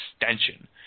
extension